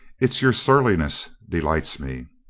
it's your surliness delights me.